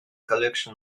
collection